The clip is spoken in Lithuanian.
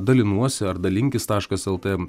dalinuosi ar dalinkis taškas lt